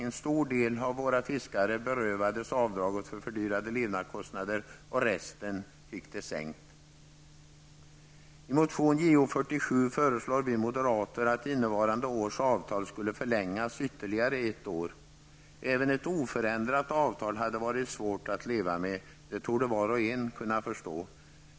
En stor del av våra fiskare berövades avdraget för fördyrade levnadskostnader, och resten fick det sänkt. I motion Jo47 föreslog vi moderater att innevarande års avtal skulle förlängas ytterligare ett år. Även ett oförändrat avtal hade varit svårt att leva med -- det torde var och en kunna förstå.